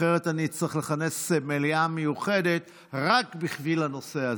אחרת אני אצטרך לכנס מליאה מיוחדת רק בשביל הנושא הזה,